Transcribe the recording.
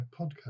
podcast